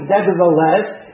Nevertheless